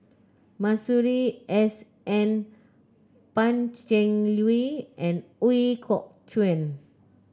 Masuri S N Pan Cheng Lui and Ooi Kok Chuen